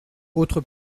autre